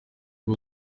rwo